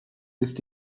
ist